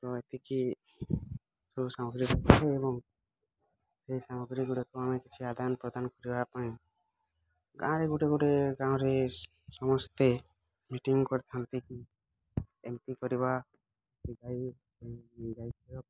ତ ଏତିକି ସବୁ ସାମଗ୍ରୀ ଲାଗିଥାଏ ଏବଂ ସେଇ ସାମଗ୍ରୀଗୁଡ଼ାକ ଆମେ କିଛି ଆଦାନ ପ୍ରଦାନ କରିବା ପାଇଁ ଗାଁରେ ଗୋଟେ ଗୋଟେ କାମରେ ସମସ୍ତେ ମିଟିଙ୍ଗ୍ କରିଥାଆନ୍ତି ଏମିତି କରିବା ଗାଈ ଗାଈ କ୍ଷୀର